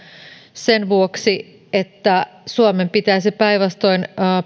sen vuoksi että suomen pitäisi päinvastoin